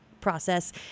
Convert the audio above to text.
process